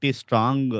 strong